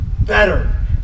Better